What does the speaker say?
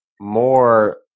more